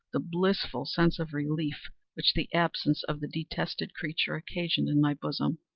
the blissful sense of relief which the absence of the detested creature occasioned in my bosom.